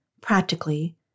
practically